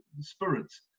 spirits